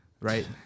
right